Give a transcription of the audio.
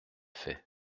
fait